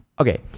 Okay